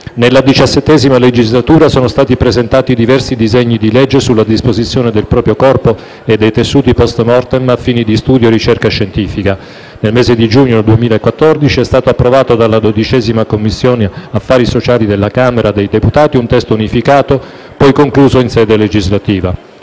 Nella XVII legislatura sono stati presentati diversi disegni di legge sulla disposizione del proprio corpo e dei tessuti *post mortem* a fini di studio e ricerca scientifica; nel mese di giugno 2014 è stato approvato dalla XII Commissione (affari sociali) della Camera dei deputati un testo unificato, poi concluso in sede legislativa.